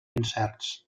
incerts